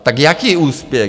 Tak jaký úspěch?